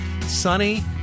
sunny